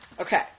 Okay